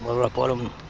rock bottom